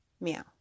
Meow